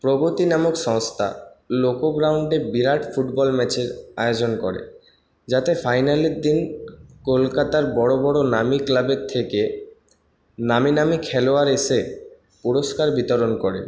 প্রগতি নামক সংস্থা লোক গ্রাউন্ডে বিরাট ফুটবল ম্যাচের আয়োজন করে যাতে ফাইনালের দিন কলকাতার বড় বড় নামী ক্লাবের থেকে নামী নামী খেলোয়াড় এসে পুরস্কার বিতরণ করে